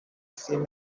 see